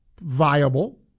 viable